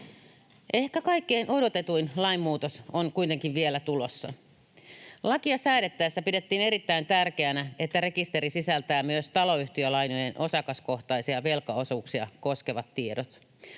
Ehkä kaikkein odotetuin lainmuutos on kuitenkin vielä tulossa. Lakia säädettäessä pidettiin erittäin tärkeänä, että rekisteri sisältää myös taloyhtiölainojen osakaskohtaisia velkaosuuksia koskevat tiedot.